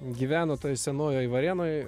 gyveno toj senojoj varėnoj